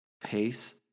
pace